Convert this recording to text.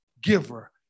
giver